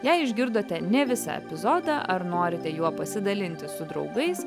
jei išgirdote ne visą epizodą ar norite juo pasidalinti su draugais